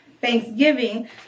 thanksgiving